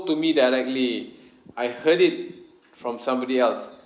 to me directly I heard it from somebody else